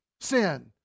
sin